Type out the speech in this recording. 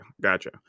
gotcha